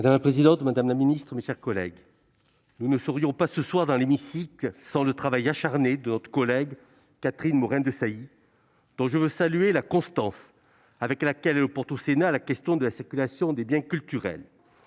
Madame la présidente, madame la secrétaire d'État, mes chers collègues, nous ne serions pas dans l'hémicycle ce soir sans le travail acharné de notre collègue Catherine Morin-Desailly. Je veux saluer la constance avec laquelle elle porte au Sénat la question de la circulation des biens culturels.